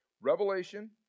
Revelation